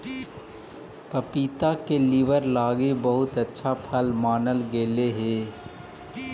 पपीता के लीवर लागी बहुत अच्छा फल मानल गेलई हे